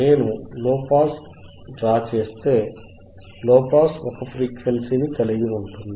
నేను low pass draw చేస్తే low pass ఒక ఫ్రీక్వెన్సీని కలిగి ఉంటుంది